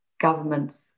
governments